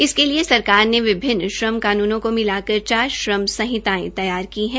इसके लिए सरकार ने विभिन्न श्रम कानुनों को मिलाकर चार श्रम संहितायें तैयार की है